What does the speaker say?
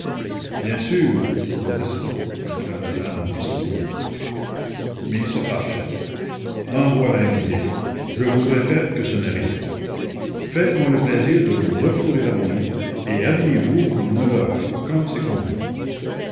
bien sûr nous restons déclara jeanne à son tour mais il se fâchait en voilà une idée je vous répète que ce n'est rien faites-moi le plaisir de vous refourrer dans vos lits et habillez-vous pour neuf heures comme c'est convenu